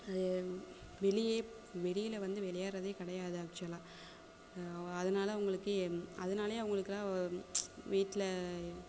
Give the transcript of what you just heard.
அது வெளியே வெளியில் வந்து விளையாட்றதே கிடையாது ஆக்ச்சுவலாக அதனால் அவங்களுக்கு அதனாலேயே அவர்களுக்குலாம் வீட்டில்